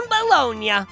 Bologna